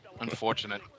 Unfortunate